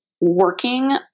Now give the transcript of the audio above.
working